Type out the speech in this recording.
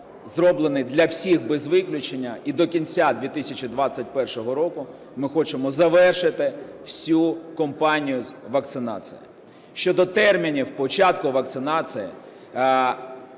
зроблений для всіх без виключення, і до кінця 2021 року ми хочемо завершити всю компанію з вакцинації. Щодо термінів початку вакцинації,